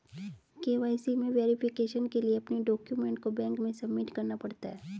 KYC में verification के लिए अपने डाक्यूमेंट को बैंक में सबमिट करना पड़ता है